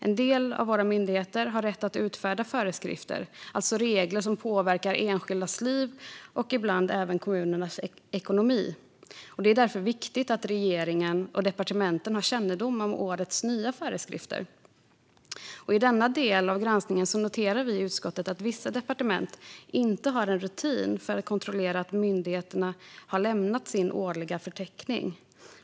En del av våra myndigheter har rätt att utfärda föreskrifter, alltså regler som påverkar enskildas liv och ibland även kommunernas ekonomi. Det är därför viktigt att regeringen och departementen har kännedom om årets nya föreskrifter. I denna del av granskningen noterar vi i utskottet att vissa departement inte har en rutin för att kontrollera att myndigheterna har lämnat sin årliga förteckning.